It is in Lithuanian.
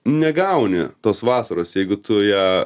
negauni tos vasaros jeigu tu ją